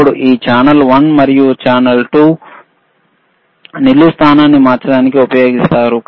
ఇప్పుడు ఈ channel one మరియు ఛానల్ 2 నిలువు స్థానాన్ని మార్చడానికి ఉపయోగిస్తారు